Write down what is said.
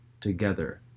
together